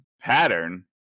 Pattern